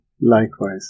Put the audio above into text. Likewise